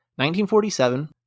1947